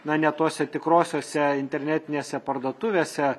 na ne tose tikrosiose internetinėse parduotuvėse